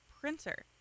printer